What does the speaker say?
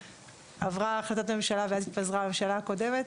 עברה החלטת הממשלה ואז התפזרה הממשלה הקודמת.